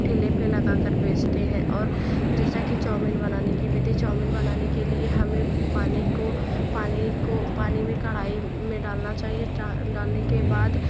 ठेले पे लगा करके बेचते हैं और और जैसा कि चौमीन बनाने कि विधि चौमीन बनाने के लिए हमें पानी को पानी को पानी में कड़ाई में डालना चाहिए डालने के बाद